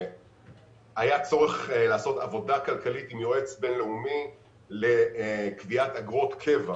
היה צורך לעשות עבודה כלכלית עם יועץ בין-לאומי לקביעת אגרות קבע.